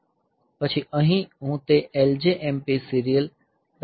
પછી અહીં હું તે LJMP સીરીયલ રાખું છું